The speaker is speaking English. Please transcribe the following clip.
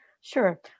Sure